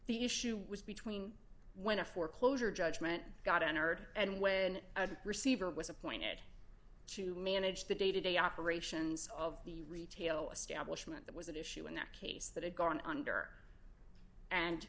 the issue was between when a foreclosure judgment got entered and when a receiver was appointed to manage the day to day operations of the retail establishment that was an issue in that case that had gone under and